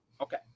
okay